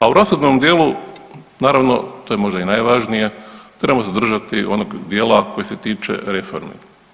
A u rashodnom dijelu naravno to je možda i najvažnije trebamo se držati onog dijela koji se tiče reforme.